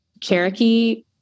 Cherokee